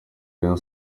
rayon